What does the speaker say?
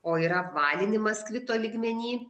o yra apvalinimas kvito lygmeny